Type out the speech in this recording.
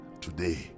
today